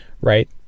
right